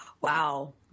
Wow